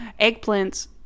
eggplants